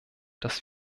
dass